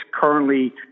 currently